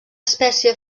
espècie